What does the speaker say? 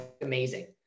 amazing